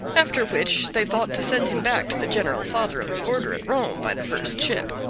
after which they thought to send him back to the general father of the order at rome by the first ship.